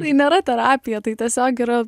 tai nėra terapija tai tiesiog yra